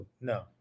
no